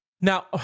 Now